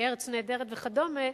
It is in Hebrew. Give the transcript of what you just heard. "ארץ נהדרת" וכדומה,